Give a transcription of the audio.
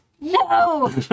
No